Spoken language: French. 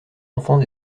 enfants